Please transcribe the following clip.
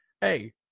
Hey